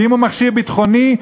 ואם הוא מכשיר ביטחוני,